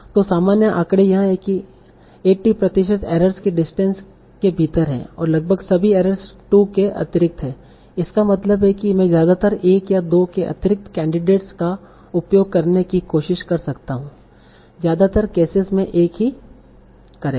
तो सामान्य आँकड़े यह है कि 80 प्रतिशत एरर्स की डिस्टेंस के भीतर हैं और लगभग सभी एरर्स 2 के अतिरिक्त हैं इसका मतलब है कि मैं ज्यादातर 1 या 2 के अतिरिक्त कैंडिडेट्स का उपयोग करने की कोशिश कर सकता हूं ज्यादातर केसेस में एक ही करेगा